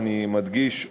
אני מדגיש,